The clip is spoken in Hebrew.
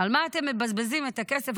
על מה אתם מבזבזים את הכסף?